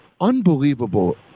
Unbelievable